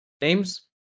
names